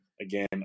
Again